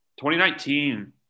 2019